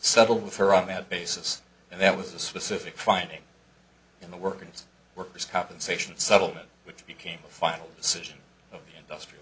settled with her on that basis and that was a specific finding in the workman's worker's compensation settlement which became a final decision of the